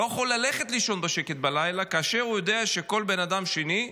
לא יכול ללכת לישון בשקט בלילה כאשר הוא יודע שכל בן אדם שני,